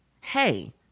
Hey